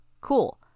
Cool